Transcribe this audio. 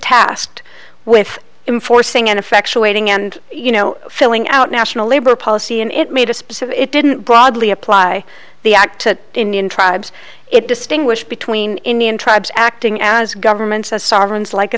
tasked with in forcing an effectuating and you know filling out national labor policy and it made a specific it didn't broadly apply the act to indian tribes it distinguish between indian tribes acting as governments as sovereigns like a